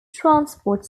transport